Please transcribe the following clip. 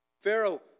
Pharaoh